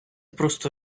просто